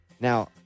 Now